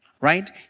right